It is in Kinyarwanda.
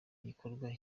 gikorwa